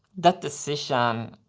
that decision,